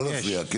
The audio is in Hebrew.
לא להפריע.